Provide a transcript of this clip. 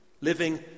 living